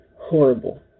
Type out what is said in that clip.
horrible